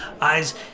eyes